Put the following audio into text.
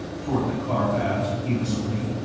tortha karf asked innocently.